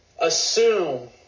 assume